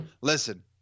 listen